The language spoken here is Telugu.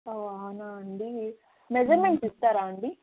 ఓహ్ అవునా అండి మెజర్మెంట్స్ ఇస్తారా అండి